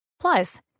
Plus